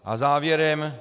A závěrem.